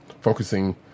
focusing